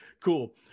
cool